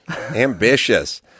Ambitious